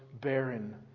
barren